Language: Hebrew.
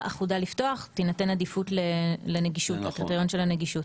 אחודה לפתוח תינתן עדיפות לקריטריון של הנגישות.